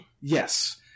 Yes